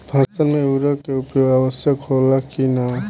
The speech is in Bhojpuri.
फसल में उर्वरक के उपयोग आवश्यक होला कि न?